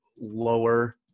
lower